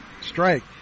strike